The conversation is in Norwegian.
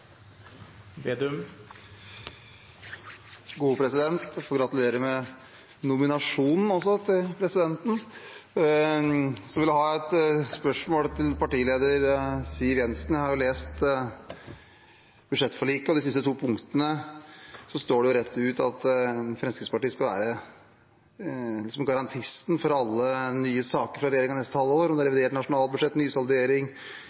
gratulere presidenten med nominasjonen. Så har jeg et spørsmål til partileder Siv Jensen. Jeg har lest budsjettforliket, og i de to siste punktene står det rett ut at Fremskrittspartiet skal være garantisten for alle nye saker fra regjeringen det neste halve året – om det